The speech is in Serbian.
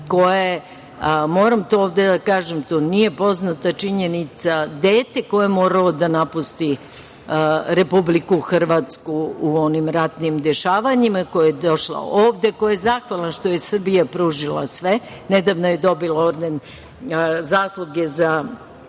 je, moram to ovde da kažem, to nije poznata činjenica, dete koje je moralo da napusti Republiku Hrvatsku u onim ratnim dešavanjima, koja je došla ovde, koja je zahvalna što joj je Srbija pružila sve. Nedavno je dobila orden zasluge za